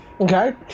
Okay